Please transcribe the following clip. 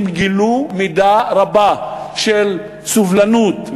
הם גילו מידה רבה של סובלנות,